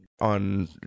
on